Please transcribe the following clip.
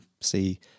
see